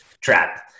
trap